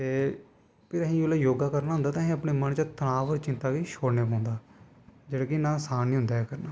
ते भिरी जिसलै असैं योगा करना होंदा तां असैं अपने मन च तनाव और चिंता गी शोड़ना पौंदा जेह्ड़ी कि इन्ना असान नी होंदा ऐ करना